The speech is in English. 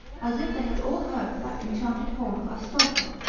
as if they had all heard that enchanted horn of astolpho,